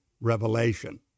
revelation